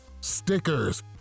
stickers